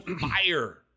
fire